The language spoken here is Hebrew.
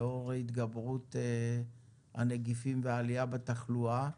לאור התגברות הנגיפים והעלייה בתחלואה.